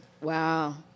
Wow